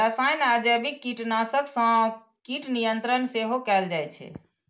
रसायन आ जैविक कीटनाशक सं कीट नियंत्रण सेहो कैल जाइ छै